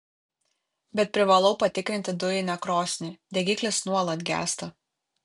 bet privalau patikrinti dujinę krosnį degiklis nuolat gęsta